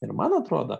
ir man atrodo